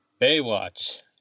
Baywatch